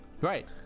right